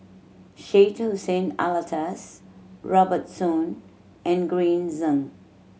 Syed Hussein Alatas Robert Soon and Green Zeng